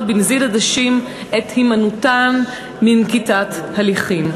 בנזיד עדשים את הימנעותן מנקיטת הליכים.